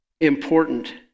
important